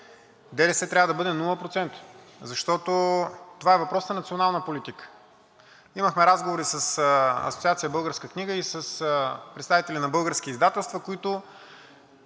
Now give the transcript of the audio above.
ДДС трябва да бъде нула процента, защото това е въпрос на национална политика. Имахме разговори с Асоциация „Българска книга“ и с представители на български издателства, които